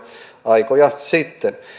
aikoja sitten